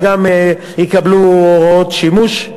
וגם יקבלו הוראות שימוש.